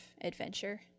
adventure